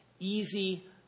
easy